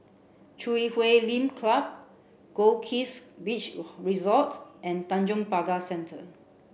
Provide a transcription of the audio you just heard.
Chui Huay Lim Club Goldkist Beach Resort and Tanjong Pagar Centre